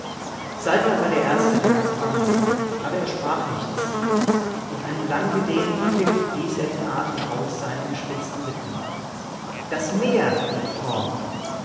saltner war der erste der nach vorn blickte aber er sprach nichts in einem langgedehnten pfiff blies er den atem aus seinen gespitzten lippen das meer rief